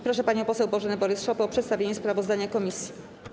Proszę panią poseł Bożenę Borys-Szopę o przedstawienie sprawozdania komisji.